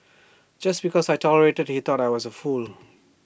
just because I tolerated he thought I was A fool